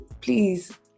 please